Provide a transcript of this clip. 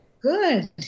Good